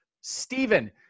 Stephen